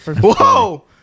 Whoa